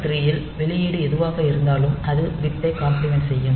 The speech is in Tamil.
3 இல் வெளியீடு எதுவாக இருந்தாலும் அது பிட்டைக் காம்ப்ளிமெண்ட் செய்யும்